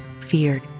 feared